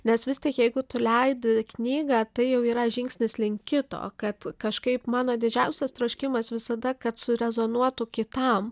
nes vis tik jeigu tu leidi knygą tai jau yra žingsnis link kito kad kažkaip mano didžiausias troškimas visada kad surezonuotų kitam